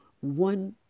one